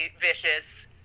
vicious